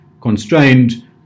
constrained